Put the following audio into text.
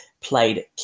played